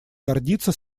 гордиться